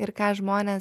ir ką žmonės